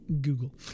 Google